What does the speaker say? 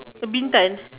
a Bintan